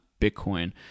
Bitcoin